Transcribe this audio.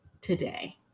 today